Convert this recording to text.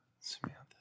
Samantha